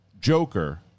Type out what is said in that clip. joker